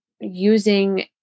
using